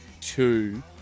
two